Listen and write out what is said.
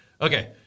Okay